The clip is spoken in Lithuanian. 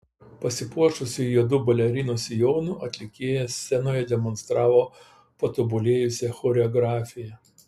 pasipuošusi juodu balerinos sijonu atlikėja scenoje demonstravo patobulėjusią choreografiją